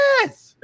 Yes